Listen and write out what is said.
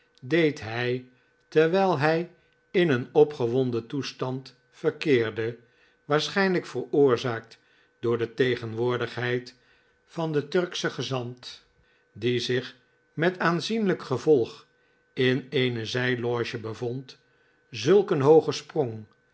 deed hij terwijl hij in een opgewonden toestand verkeerde waarschijnlijk veroorzaakt door de tegenwoordigheid van den turkschen gezant die zich met aanzienlijk gevolg in eene zijloge bevond zulk een hoogen sprong